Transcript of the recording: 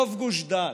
ברוב גוש דן,